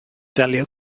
delio